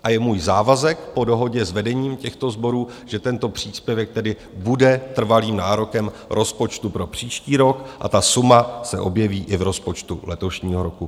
A je můj závazek po dohodě s vedením těchto sborů, že tento příspěvek tedy bude trvalým nárokem rozpočtu pro příští rok a ta suma se objeví i v rozpočtu letošního roku.